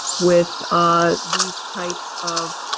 with ah these types of